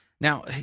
Now